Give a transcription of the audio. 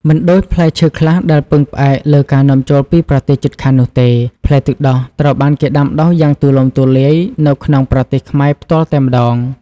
មិនដូចផ្លែឈើខ្លះដែលពឹងផ្អែកលើការនាំចូលពីប្រទេសជិតខាងនោះទេ ផ្លែទឹកដោះត្រូវបានគេដាំដុះយ៉ាងទូលំទូលាយនៅក្នុងប្រទេសខ្មែរផ្ទាល់តែម្តង។